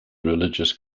religious